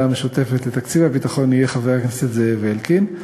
המשותפת לתקציב הביטחון יהיה חבר הכנסת זאב אלקין.